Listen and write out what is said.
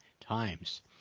times